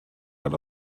weil